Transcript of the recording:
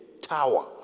tower